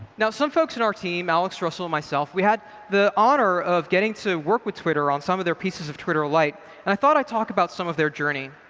now some folks in our team alex russell and myself we had the honor of getting to work with twitter on some of their pieces of twitter lite. and i thought i'd talk about some of their journey.